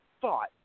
thought